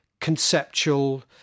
conceptual